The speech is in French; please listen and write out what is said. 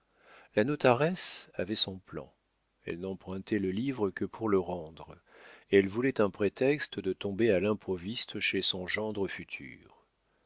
la notaresse avait son plan elle n'empruntait le livre que pour le rendre elle voulait un prétexte de tomber à l'improviste chez son gendre futur